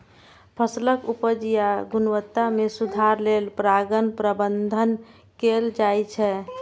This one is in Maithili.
फसलक उपज या गुणवत्ता मे सुधार लेल परागण प्रबंधन कैल जाइ छै